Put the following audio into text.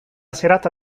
serata